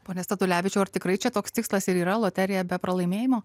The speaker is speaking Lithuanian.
pone statulevičiau ar tikrai čia toks tikslas ir yra loterija be pralaimėjimo